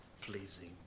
pleasing